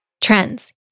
trends